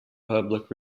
public